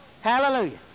Hallelujah